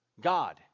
God